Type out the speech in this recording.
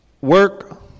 work